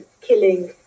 killing